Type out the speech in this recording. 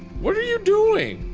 what are you doing?